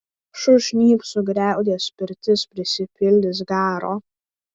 sušnypš sugriaudės pirtis prisipildys garo